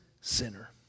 sinner